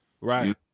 right